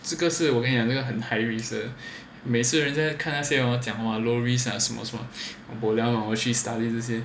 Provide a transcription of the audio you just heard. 这个是我跟你讲这个是很 high risk 的每次人家看那些 hor 讲 low risk 还是什么 boliao hor 去 study 这些